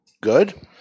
good